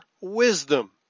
wisdom